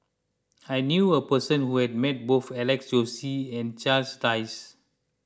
I knew a person who has met both Alex Josey and Charles Dyce